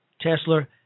Tesla